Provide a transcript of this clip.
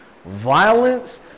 violence